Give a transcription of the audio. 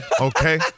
Okay